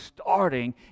starting